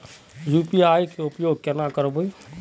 UPI के उपयोग केना करबे?